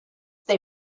they